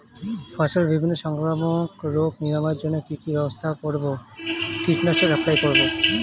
ফসলের বিভিন্ন সংক্রামক রোগ নিরাময়ের জন্য কি কি ব্যবস্থা গ্রহণ করব?